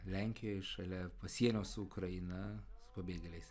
lenkijoj šalia pasienio su ukraina su pabėgėliais